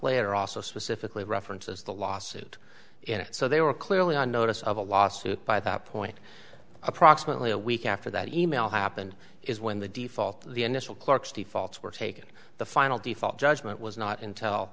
later also specifically references the lawsuit and so they were clearly on notice of a lawsuit by that point approximately a week after that email happened is when the default the initial clarks the faults were taken the final default judgment was not intel